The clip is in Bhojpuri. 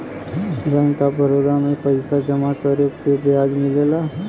बैंक ऑफ बड़ौदा में पइसा जमा करे पे ब्याज मिलला